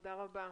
תודה רבה.